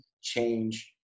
change